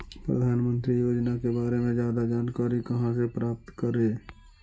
प्रधानमंत्री योजना के बारे में जादा जानकारी कहा से प्राप्त करे?